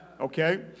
Okay